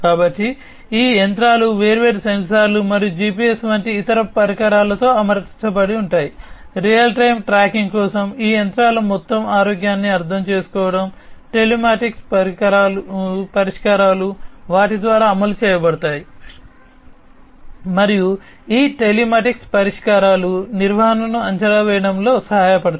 కాబట్టి ఈ యంత్రాలు వేర్వేరు సెన్సార్లు మరియు జిపిఎస్ వంటి ఇతర పరికరాలతో అమర్చబడి ఉంటాయి రియల్ టైమ్ ట్రాకింగ్ కోసం ఈ యంత్రాల మొత్తం ఆరోగ్యాన్ని అర్థం చేసుకోవడం టెలిమాటిక్స్ పరిష్కారాలు నిర్వహణను అంచనా వేయడంలో సహాయపడతాయి